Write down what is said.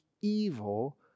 evil